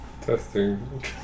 Testing